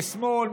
משמאל,